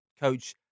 coach